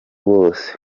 wose